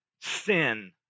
sin